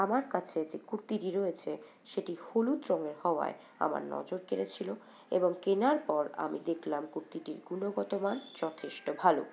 আমার কাছে যে কুর্তিটি রয়েছে সেটি হলুদ রঙের হওয়ায় আমার নজর কেড়েছিলো এবং কেনার পর আমি দেখলাম কুর্তিটির গুণগত মান যথেষ্ট ভালো